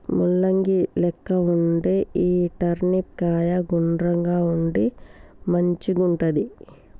ముల్లంగి లెక్క వుండే ఈ టర్నిప్ కాయ గుండ్రంగా ఉండి మంచిగుంటది